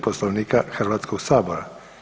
Poslovnika Hrvatskog sabora.